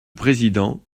président